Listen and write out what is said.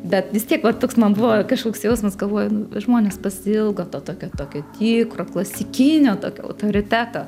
bet vis tiek va toks man buvo kažkoks jausmas galvoju nu žmonės pasiilgo to tokio tokio tikro klasikinio tokio autoriteto